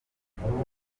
kuryamana